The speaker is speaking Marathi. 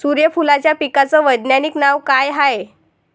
सुर्यफूलाच्या पिकाचं वैज्ञानिक नाव काय हाये?